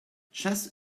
chess